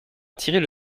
attirait